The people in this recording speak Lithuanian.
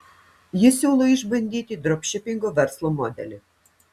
jis siūlo išbandyti dropšipingo verslo modelį